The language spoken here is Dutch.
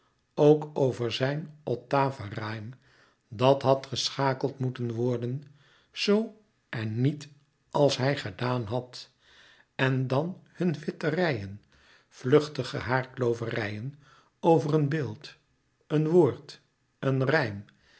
ook over zijn ottave rime dat had geschakeld moeten worden z en niet als hij gedaan had en dan hun vitterijen vluchtige haarkloverijen over een beeld een woord een rijm